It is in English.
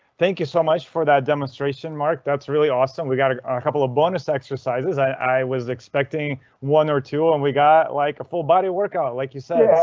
thank you so much for that demonstration mark. that's really awesome. we got a couple of bonus exercises i was expecting one or two and we got like a full body workout like you said,